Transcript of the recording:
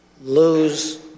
lose